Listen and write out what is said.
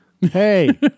Hey